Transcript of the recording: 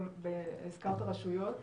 הזכרת רשויות,